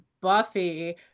Buffy